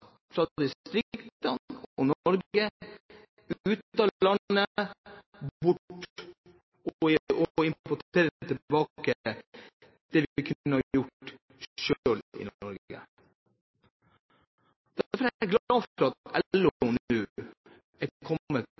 fra distriktene og Norge, ut av landet, og importere tilbake det vi selv kunne ha gjort i Norge. Derfor er jeg glad for at LO nå er kommet